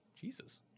Jesus